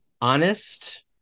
honest